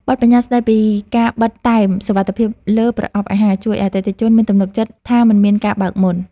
បទប្បញ្ញត្តិស្ដីពីការបិទតែមសុវត្ថិភាពលើប្រអប់អាហារជួយឱ្យអតិថិជនមានទំនុកចិត្តថាមិនមានការបើកមុន។